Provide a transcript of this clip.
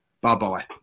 bye-bye